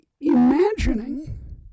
imagining